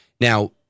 Now